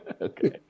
Okay